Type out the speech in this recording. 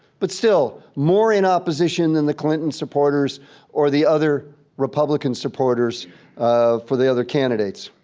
but still, more in opposition than the clinton supporters or the other republican supporters um for the other candidates.